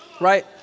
Right